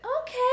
Okay